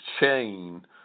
chain